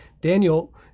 Daniel